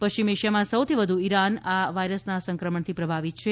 પશ્ચિમ એશિયામાં સૌથી વધુ ઇરાન આ વાયરસના સંક્રમણથી પ્રભાવિત છે